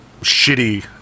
shitty